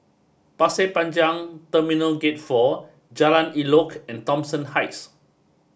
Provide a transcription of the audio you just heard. Pasir Panjang Terminal Gate four Jalan Elok and Thomson Heights